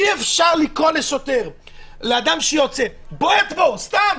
אי אפשר ששוטר יקרא לאדם שיוצא "בוא לפה" סתם.